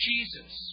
Jesus